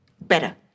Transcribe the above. better